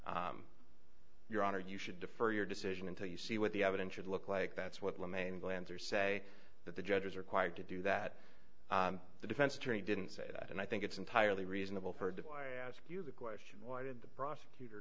said your honor you should defer your decision until you see what the evidence should look like that's what the mainlander say that the judge is required to do that the defense attorney didn't say that and i think it's entirely reasonable heard if i ask you the question why did the prosecutor